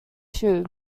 shoe